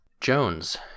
Jones